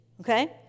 Okay